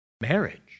marriage